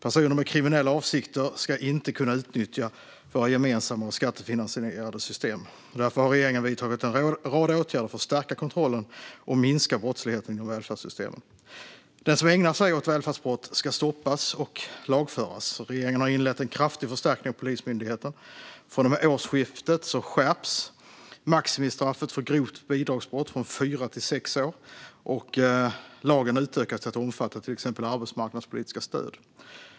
Personer med kriminella avsikter ska inte kunna utnyttja våra gemensamma skattefinansierade system. Därför har regeringen vidtagit en rad åtgärder för att stärka kontrollen och minska brottsligheten inom välfärdssystemen. Den som ägnar sig åt välfärdsbrott ska stoppas och lagföras. Regeringen har inlett en kraftig förstärkning av Polismyndigheten. Från och med årsskiftet skärps maximistraffet för grovt bidragsbrott från fyra till sex år, och lagen utökas till att omfatta till exempel arbetsmarknadspolitiska stöd.